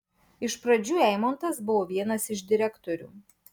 iš pradžių eimontas buvo vienas iš direktorių